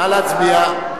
נא להצביע.